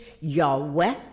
Yahweh